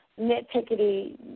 nitpickety